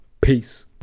peace